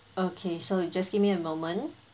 okay so you just give me a moment